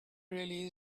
really